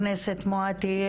תודה, חברת הכנסת מואטי.